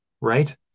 right